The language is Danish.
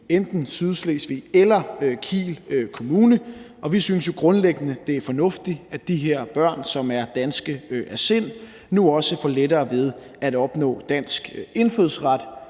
enten Sydslesvig eller Kiel Kommune. Vi synes jo grundlæggende, det er fornuftigt, at de her børn, som er danske af sind, nu også får lettere ved at opnå dansk indfødsret.